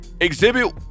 exhibit